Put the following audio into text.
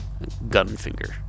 Gunfinger